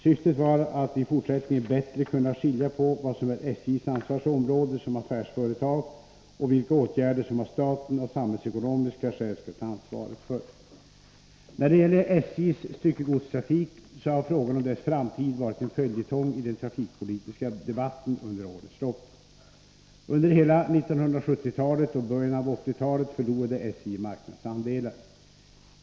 Syftet var att i fortsättningen bättre kunna skilja på vad som är SJ:s ansvarsområde som affärsföretag och vilka åtgärder som staten av samhällsekonomiska skäl skall ta ansvaret för. När det gäller SJ:s styckegodstrafik så har frågan om dess framtid varit en följetong i den trafikpolitiska debatten under årens lopp. Under hela 1970-talet och början av 1980-talet förlorade SJ marknadsandelar.